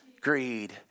greed